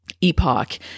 Epoch